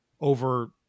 over